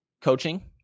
coaching